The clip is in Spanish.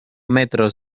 metros